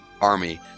army